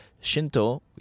Shinto